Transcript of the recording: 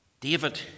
David